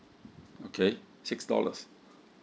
okay six dollars